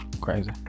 crazy